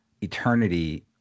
eternity